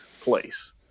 place